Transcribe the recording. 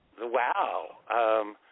wow